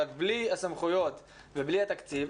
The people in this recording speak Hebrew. רק בלי הסמכויות ובלי התקציב,